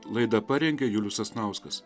laidą parengė julius sasnauskas